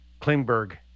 Klingberg